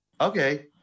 Okay